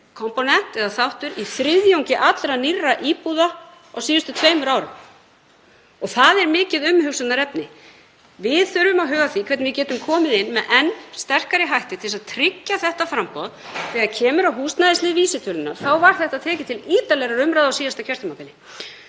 í raun verið þáttur í þriðjungi allra nýrra íbúða á síðustu tveimur árum. Það er mikið umhugsunarefni. Við þurfum að huga að því hvernig við getum komið inn með enn sterkari hætti til að tryggja þetta framboð. Þegar kemur að húsnæðislið vísitölunnar þá var það tekið til ítarlegrar umræðu á síðasta kjörtímabili.